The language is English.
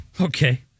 Okay